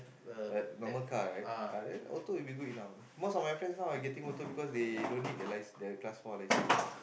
what normal car right ah then auto is good enough most of my friends now are getting auto because they don't need the lie the class four licence